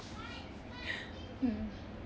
mm